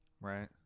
Right